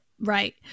Right